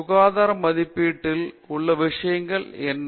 சுகாதார மதிப்பீட்டில் உள்ள விஷயங்கள் என்ன